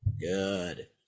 Good